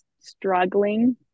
struggling